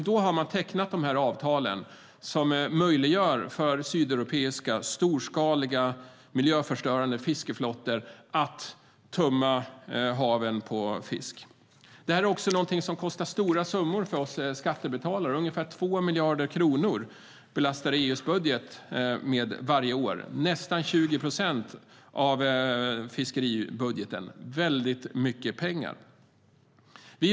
Då har man tecknat dessa avtal som möjliggör för sydeuropeiska storskaliga, miljöförstörande fiskeflottor att tömma haven på fisk. Detta kostar oss skattebetalare stora pengar. Det belastar EU:s budget med ungefär 2 miljarder kronor varje år. Det är nästan 20 procent av fiskeribudgeten. Det är väldigt mycket pengar.